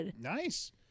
Nice